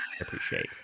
appreciate